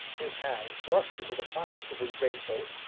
his hands thrust into the pockets of his greatcoat,